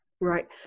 Right